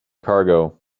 cargo